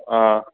ꯑꯥ